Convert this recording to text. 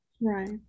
Right